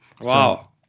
Wow